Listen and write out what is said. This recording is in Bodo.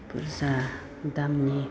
बुरजा दामनि